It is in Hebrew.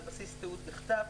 על בסיס תיעוד בכתב,